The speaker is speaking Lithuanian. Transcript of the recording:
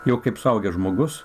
jau kaip suaugęs žmogus